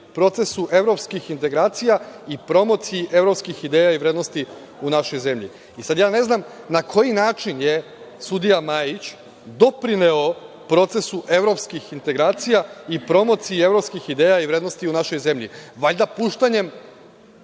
procesu evropskih integracija i promociji evropskih ideja i vrednosti u našoj zemlji. Sada ja ne znam na koji način je sudija Majić doprineo procesu evropskih integracija i promociji evropskih ideja i vrednosti u našoj zemlji? Valjda puštanjem